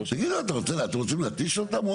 תגידו, אתם רוצים להתיש אותם?